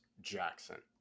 Jackson